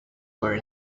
were